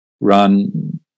run